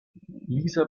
lisa